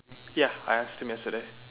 ya I asked him yesterday